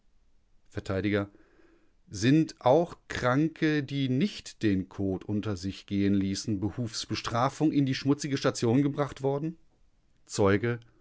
vert sind auch kranke die nicht den kot unter sich gehen ließen behufs bestrafung in die schmutzige station gebracht worden zeuge